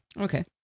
Okay